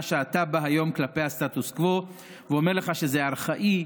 שאתה בא היום כלפי הסטטוס קוו ואומר לך שזה ארכאי,